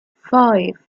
five